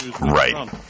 right